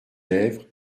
lèvres